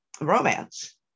romance